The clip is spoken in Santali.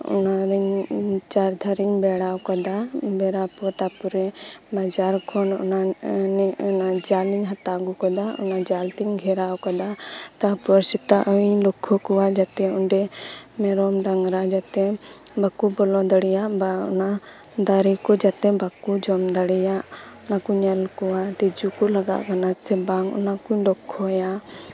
ᱚᱱᱟ ᱤᱭᱟᱹ ᱪᱟᱨ ᱫᱷᱟᱨᱮᱧ ᱵᱮᱲᱟ ᱟᱠᱟᱫᱟ ᱵᱮᱲᱟ ᱯᱚᱨᱮ ᱵᱟᱡᱟᱨ ᱠᱷᱚᱱ ᱡᱟᱞ ᱤᱧ ᱦᱟᱛᱟᱣ ᱟᱹᱜᱩ ᱟᱠᱟᱫᱟ ᱡᱟᱞ ᱛᱤᱧ ᱜᱷᱮᱨᱟᱣ ᱟᱠᱟᱫᱟ ᱛᱟᱨᱯᱚᱨ ᱥᱮᱛᱟ ᱤᱧ ᱞᱚᱠᱠᱷᱚ ᱠᱚᱣᱟ ᱡᱟᱛᱮ ᱚᱰᱮᱸ ᱢᱮᱨᱚᱢ ᱰᱟᱝᱨᱟ ᱡᱟᱛᱮ ᱵᱟᱠᱚ ᱵᱚᱞᱚ ᱫᱟᱲᱮᱭᱟᱜ ᱵᱟ ᱚᱱᱟ ᱫᱟᱨᱮ ᱠᱚ ᱡᱟᱛᱮ ᱵᱟᱠᱚ ᱡᱚᱢ ᱫᱟᱲᱮᱭᱟᱜ ᱚᱱᱟᱠᱩᱧ ᱧᱮᱞ ᱠᱚᱣᱟ ᱛᱮᱡᱳ ᱠᱚ ᱞᱟᱜᱟᱜ ᱠᱟᱱᱟ ᱥᱮ ᱵᱟᱝ ᱚᱱᱟ ᱠᱚᱧ ᱞᱚᱠᱠᱷᱚᱭᱟ